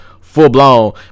full-blown